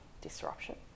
disruption